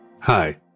Hi